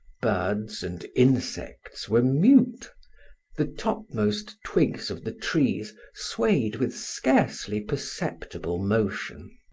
birds and insects were mute the topmost twigs of the trees swayed with scarcely perceptible motion.